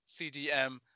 CDM